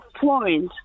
point